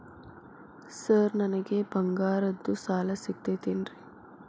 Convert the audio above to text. Sir ನನಗೆ ಬಂಗಾರದ್ದು ಸಾಲ ಸಿಗುತ್ತೇನ್ರೇ?